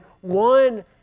one